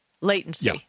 latency